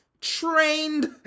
trained